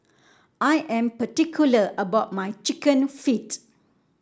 I am particular about my chicken feet